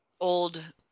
old